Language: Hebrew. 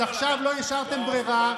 אז עכשיו לא השארתם ברירה.